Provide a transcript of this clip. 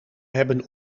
hebben